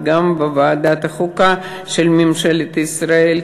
וגם בוועדת החוקה של ממשלת ישראל,